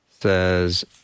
says